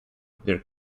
their